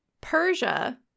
Persia